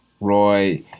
Roy